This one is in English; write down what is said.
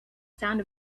sound